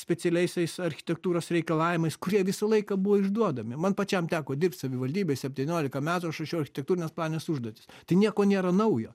specialiaisiais architektūros reikalavimais kurie visą laiką buvo išduodami man pačiam teko dirbt savivaldybėj septyniolika metų aš rašiau architektūrines planines užduotis tai nieko nėra naujo